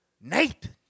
Nathan